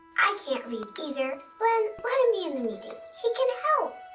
i can't read either. blynn, let him be in the meeting. he can help.